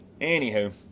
anywho